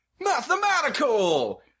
mathematical